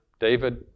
David